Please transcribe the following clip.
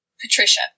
Patricia